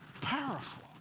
Powerful